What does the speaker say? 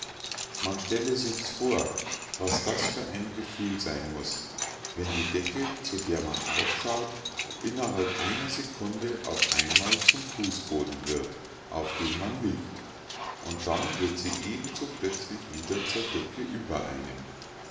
man stelle sich's vor was das für ein gefühl sein muß wenn die decke zu der man aufschaut innerhalb einer sekunde auf einmal zum fußboden wird auf dem man liegt und dann wird sie eben so plötzlich wieder zur decke über einem